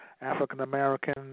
African-American